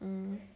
mm